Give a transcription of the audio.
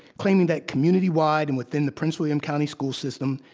claiming that community-wide and within the prince william county school system,